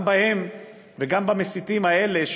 גם הם וגם המסיתים האלה,